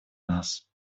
нас